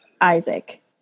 Isaac